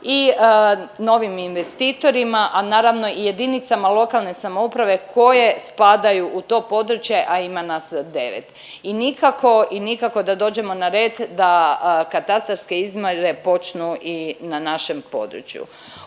i novim investitorima, a naravno i JLS koje spadaju u to područje, a ima nas 9 i nikako i nikako da dođemo na red da katastarske počnu i na našem području.